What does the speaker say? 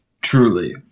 Truly